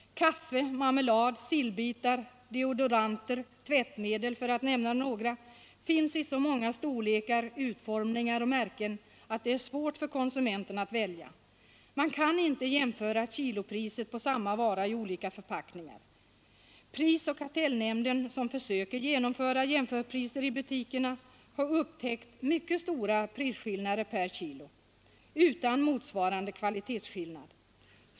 Kaffe, marmelad, sillbitar, deodoranter, tvättmedel — för att nämna några — finns i så många storlekar, utformningar och märken att det är svårt för konsumenten att välja. Man kan inte jämföra kilopriserna på samma vara i olika förpackningar. Prisoch kartellnämnden, som försöker genomföra jämförpriser i butikerna, har upptäckt mycket stora prisskillnader per kilo — utan motsvarande kvalitetsskillnad.